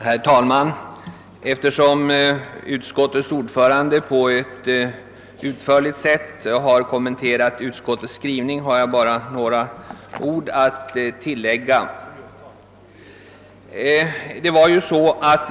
Herr talman! Eftersom utskottets ordförande utförligt kommenterat utskottets skrivning, har jag bara några få ord att tillägga.